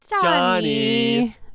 Donnie